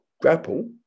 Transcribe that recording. grapple